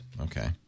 okay